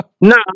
No